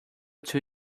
two